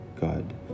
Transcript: God